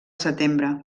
setembre